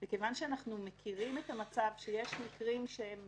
מכיוון שאנחנו מכירים את המצב שיש מקרים שהם